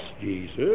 Jesus